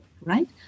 right